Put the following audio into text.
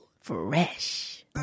Fresh